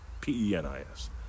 P-E-N-I-S